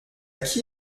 qui